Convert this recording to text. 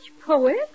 poet